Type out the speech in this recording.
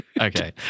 Okay